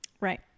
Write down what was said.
Right